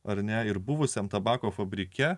ar ne ir buvusiam tabako fabrike